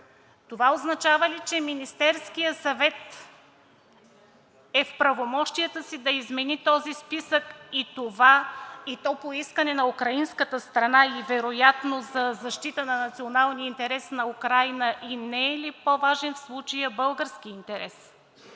Това означава ли, че Министерският съвет е в правомощията си да измени този списък, и то по искане на украинската страна, и вероятно за защита на националния интерес на Украйна? Не е ли по-важен в случая българският интерес?